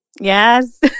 Yes